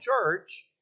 church